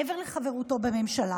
מעבר לחברותו בממשלה.